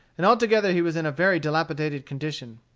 and altogether he was in a very dilapidated condition.